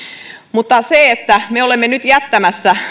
mutta kun me olemme nyt jättämässä